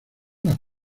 las